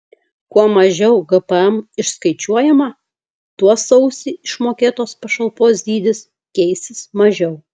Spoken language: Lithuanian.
kuo mažiau gpm išskaičiuojama tuo sausį išmokėtos pašalpos dydis keisis mažiau